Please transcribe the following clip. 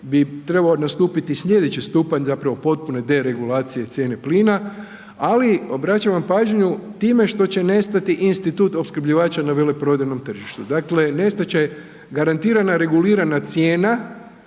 bi trebao nastupiti slijedeći stupanj zapravo potpune deregulacije cijene plina, ali obraćam vam pažnju time što će nestati institut opskrbljivača na veleprodajnom tržištu, dakle nestat će garantirana regulirana cijena